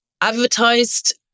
advertised